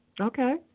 Okay